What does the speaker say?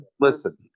listen